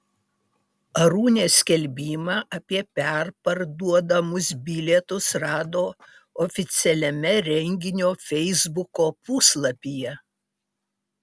arūnė skelbimą apie perparduodamus bilietus rado oficialiame renginio feisbuko puslapyje